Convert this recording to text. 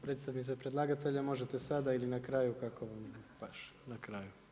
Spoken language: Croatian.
Predstavnica predlagatelja možete sada ili na kraju kako vam paše na kraju?